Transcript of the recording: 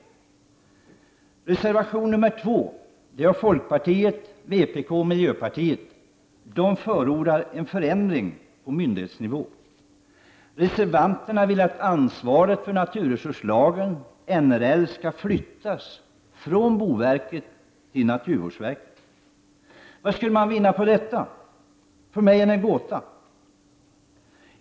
I reservation nr 2 förordar folkpartiet, vpk och miljöpartiet en förändring på myndighetsnivå. Reservanterna vill att ansvaret för naturresurslagen skall flyttas från boverket till naturvårdsverket. Vad vinner man på detta? För mig är det en gåta.